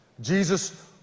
Jesus